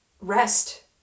rest